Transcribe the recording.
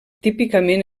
típicament